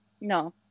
no